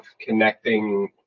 connecting